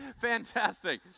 fantastic